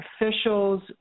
officials